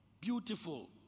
Beautiful